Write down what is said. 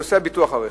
ובנושא ביטוח הרכב,